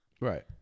Right